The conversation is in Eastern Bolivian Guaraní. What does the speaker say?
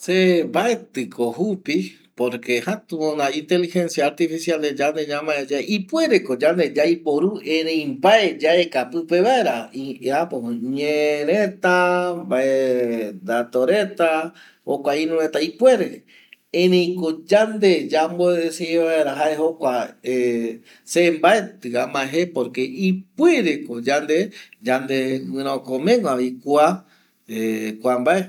Se mbaeti ko jupi, esa jaetuga inteligencia artificiales yande ñamae ye ipuere yande yaiporu kua datos reta, ñereta ipuere erei ko yande ya mo decide vaera se mbaeti amae je porque ipuere ko yande yande moicomegua kua yande